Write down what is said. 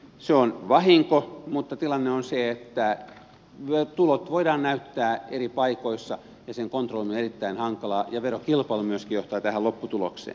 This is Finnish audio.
se on vahinko mutta tilanne on se että tulot voidaan näyttää eri paikoissa ja sen kontrolloiminen on erittäin hankalaa ja verokilpailu myöskin johtaa tähän lopputulokseen